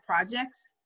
projects